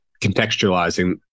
contextualizing